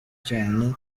cyane